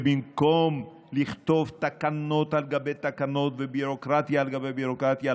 ובמקום לכתוב תקנות על גבי תקנות וביורוקרטיה על גבי ביורוקרטיה,